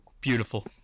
Beautiful